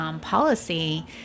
policy